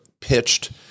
pitched